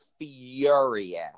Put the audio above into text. furious